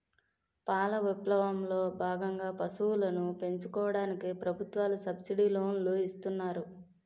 పాల విప్లవం లో భాగంగా పశువులను పెంచుకోవడానికి ప్రభుత్వాలు సబ్సిడీ లోనులు ఇస్తున్నారు